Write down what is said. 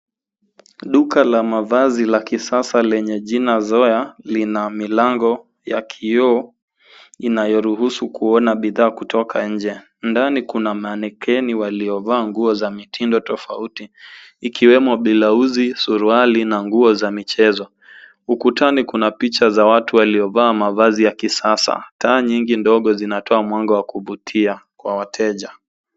Duka la mavazi ya kisasa lenye jina Zoya lina milango ya kioo inayoruhusu kuona bidhaa kutoka nje ndani kuna manikeni waliovaa nguo za mitindo tofauti ikiwemo bilauzi , suruwali na nguo za michezo ukutani kuna picha za watu waliovaa mavazi ya kisasa taa nyingi dogo zinatoa mwanga wa kuvutia kwa wateja.